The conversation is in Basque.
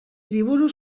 liburu